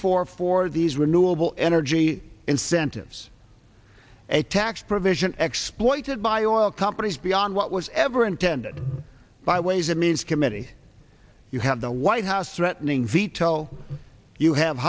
for for these renewable energy incentives a tax provision exploited by other companies beyond what was ever intended by ways and means committee you have the white house threatening veto you have